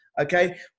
Okay